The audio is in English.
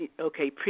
okay